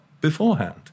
beforehand